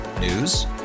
News